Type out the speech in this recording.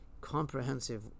comprehensive